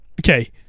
Okay